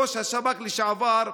ראש השב"כ לשעבר.